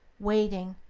waiting,